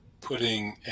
putting